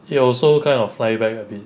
it will also kind of fly back I think